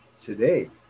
today